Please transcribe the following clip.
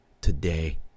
today